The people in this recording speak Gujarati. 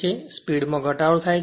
અને અને સ્પીડ માં ઘટાડો થાય છે